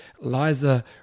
Liza